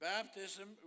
Baptism